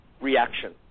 reaction